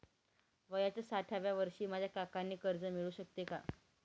वयाच्या साठाव्या वर्षी माझ्या काकांना कर्ज मिळू शकतो का?